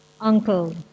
Uncle